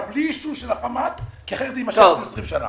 אבל בלי אישור של החמ"ת זה יימשך עוד 20 שנים.